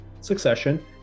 Succession